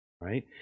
right